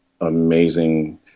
amazing